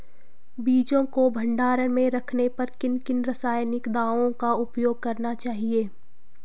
बीजों को भंडारण में रखने पर किन किन रासायनिक दावों का उपयोग करना चाहिए?